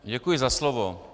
Děkuji za slovo.